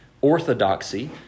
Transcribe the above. orthodoxy